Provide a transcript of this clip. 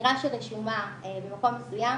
צעירה שרשומה במקום מסוים,